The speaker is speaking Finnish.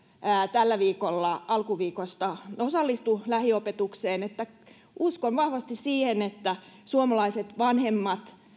tällä viikolla alkuviikosta osallistui lähiopetukseen uskon vahvasti siihen että suomalaiset vanhemmat